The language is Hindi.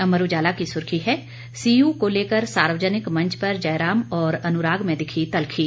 अमर उजाला की सुर्खी है सीयू को लेकर सार्वजनिक मंच पर जयराम और अनुराग में दिखी तल्खी